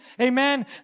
Amen